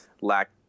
lack